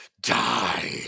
die